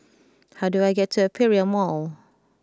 how do I get to Aperia Mall